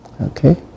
okay